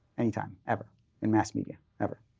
anytime, ever in mass media, ever?